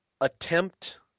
attempt